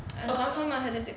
confirm ஆகுறதுக்கு:agurathuku